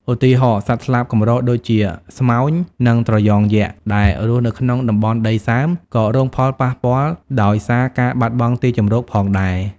ឧទាហរណ៍ សត្វស្លាបកម្រដូចជា ស្មោញ និង ត្រយ៉ងយក្ស ដែលរស់នៅក្នុងតំបន់ដីសើម ក៏រងផលប៉ះពាល់ដោយសារការបាត់បង់ទីជម្រកផងដែរ។